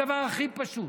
הדבר הכי פשוט.